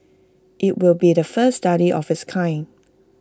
IT will be the first study of its kind